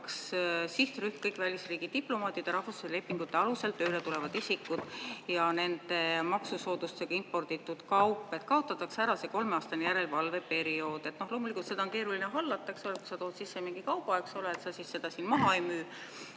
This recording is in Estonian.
sihtrühm: kõik välisriigi diplomaadid ja rahvusvaheliste lepingute alusel tööle tulevad isikud, ja nende maksusoodustusega imporditud kaup, et kaotatakse ära see kolmeaastane järelevalve periood. Loomulikult seda on keeruline hallata, eks ole, kui sa tood sisse mingi kauba, et sa seda siin maha ei müü.